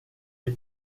est